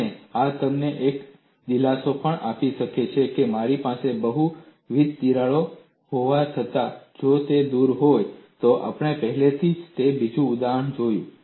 અને આ તમને એક દિલાસો પણ આપે છે કે મારી પાસે બહુવિધ તિરાડો હોવા છતાં જો તે દૂર હોય તો આપણે પહેલેથી જ બીજું ઉદાહરણ જોયું છે